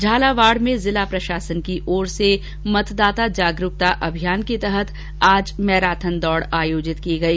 झालावाड में जिला प्रशासन की ओर से मतदाता जागरूकता अभियान के तहत आज मैराथन दौड आयोजित की गई